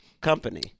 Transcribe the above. company